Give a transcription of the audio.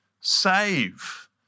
save